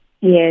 Yes